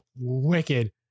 wicked